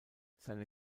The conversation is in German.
seine